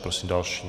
Prosím další.